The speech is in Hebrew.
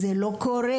זה לא קורה.